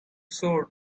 sword